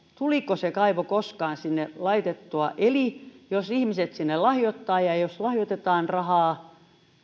tuliko se kaivo koskaan sinne laitettua eli jos ihmiset sinne lahjoittavat ja ja jos lahjoitetaan rahaa